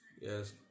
Yes